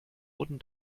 wurden